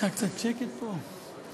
אפשר קצת שקט פה?